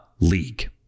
league